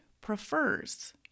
prefers